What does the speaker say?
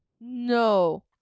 no